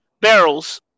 barrels